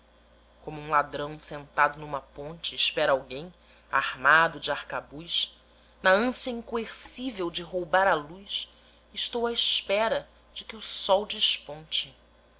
como um ladrão sentado numa ponte espera alguém armado de arcabuz na ânsia incoercível de roubar a luz estou à espera de que o sol desponte